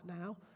now